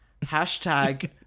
Hashtag